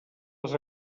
les